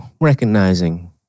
recognizing